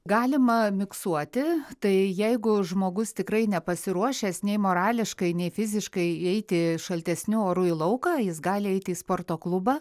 galima miksuoti tai jeigu žmogus tikrai nepasiruošęs nei morališkai nei fiziškai eiti šaltesniu oru į lauką jis gali eiti į sporto klubą